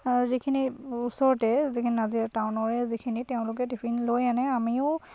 আৰু যিখিনি ওচৰতে যিখিনি নাজিৰা টাউনৰে যিখিনি তেওঁলোকে টিফিন লৈ আনে আমিও